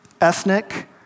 ethnic